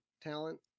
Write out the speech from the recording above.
talent